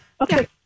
Okay